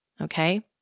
okay